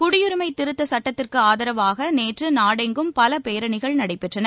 குடியுரிமை திருத்த சட்டத்திற்கு ஆதரவாக நேற்று நாடெங்கும் பல பேரணிகள் நடைபெற்றன